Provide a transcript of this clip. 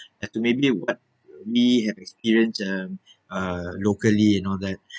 as to maybe what we have experience um uh locally and all that